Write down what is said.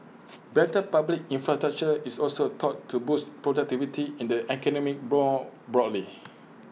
better public infrastructure is also thought to boost productivity in the economy broad broadly